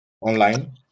online